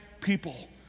people